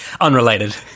Unrelated